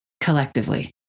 collectively